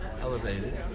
elevated